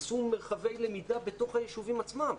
עשו לו מרחבי למידה בתוך היישובים עצמם.